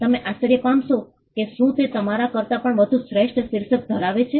તમે આશ્ચર્ય પામશો કે શું તે તમારા કરતા વધુ શ્રેષ્ઠ શીર્ષક ધરાવે છે